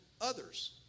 others